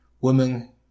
Women